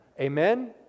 Amen